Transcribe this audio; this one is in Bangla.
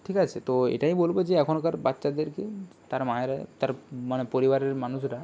ঠিক আছে তো এটাই বলব যে এখনকার বাচ্চাদেরকে তার মায়েরা তার মানে পরিবারের মানুষরা